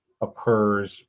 occurs